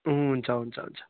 हुन्छ हुन्छ हुन्छ